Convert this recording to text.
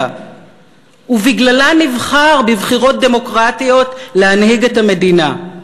ובגללה נבחר בבחירות דמוקרטיות להנהיג את המדינה.